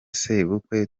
sebukwe